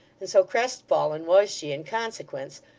and so crestfallen was she in consequence,